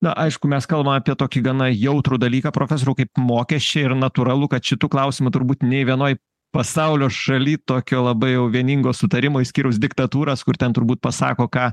na aišku mes kalbam apie tokį gana jautrų dalyką profesoriau kaip mokesčiai ir natūralu kad šitų klausimų turbūt nei vienoj pasaulio šaly tokio labai jau vieningo sutarimo išskyrus diktatūras kur ten turbūt pasako ką